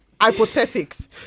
hypothetics